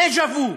דז'ה-וו,